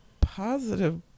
positive